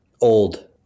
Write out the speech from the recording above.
Old